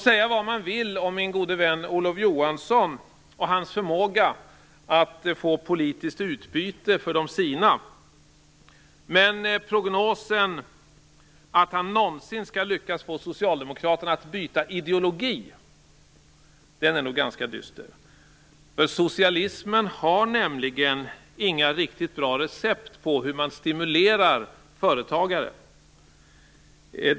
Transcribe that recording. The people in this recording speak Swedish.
Säga vad man vill om min gode vän Olof Johansson och hans förmåga att få politiskt utbyte för de sina, men prognosen att han någonsin skall lyckas få Socialdemokraterna att byta ideologi är ganska dyster. Socialismen har nämligen inga riktigt bra recept på hur man stimulerar företagare.